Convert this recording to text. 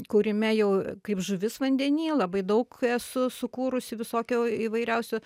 kūrime jau kaip žuvis vandeny labai daug esu sukūrusi visokių įvairiausių